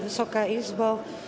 Wysoka Izbo!